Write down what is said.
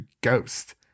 ghost